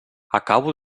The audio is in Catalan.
acabo